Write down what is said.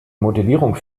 modellierung